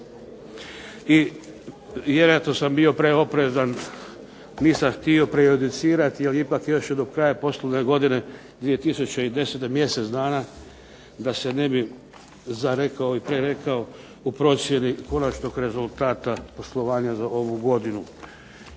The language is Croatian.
I vjerojatno sam bio preoprezan, nisam htio prejudicirati jer ipak još je do kraja poslovne godine 2010. mjesec dana da se ne bi zarekao i prerekao u procjeni konačnog rezultata poslovanja za ovu godinu,